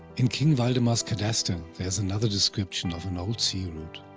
in king valdemar's cadaster there is another description of an old sea route.